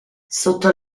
sotto